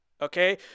Okay